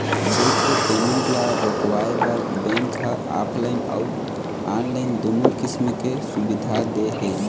cheque के payment ल रोकवाए बर बेंक ह ऑफलाइन अउ ऑनलाईन दुनो किसम के सुबिधा दे हे